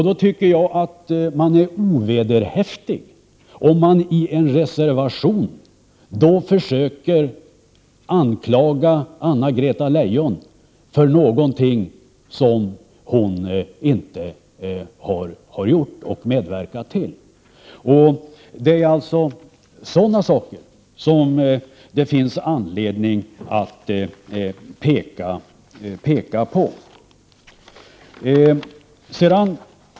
Det är ovederhäftigt att, som man gör i en reservation, försöka anklaga Anna-Greta Leijon för någonting som hon inte har gjort eller medverkat till. Det är alltså sådana saker som det finns anledning att peka på.